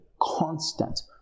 constant